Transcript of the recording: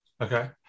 Okay